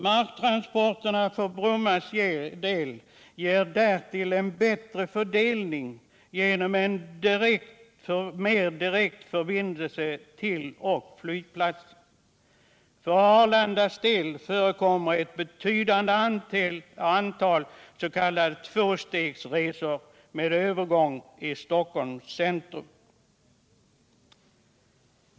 Marktransporterna för Brommas del ger därtill en bättre fördelning genom mer direkt förbindelse till och från flygplatsen. För Arlandas del förekommer ett betydande antal s.k. tvåstegsresor med övergång i Stockholms centrum.